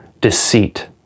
deceit